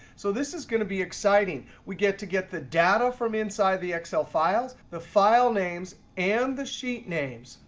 so this is going to be exciting. we get to get the data from inside the excel files, the file names, and the sheet names.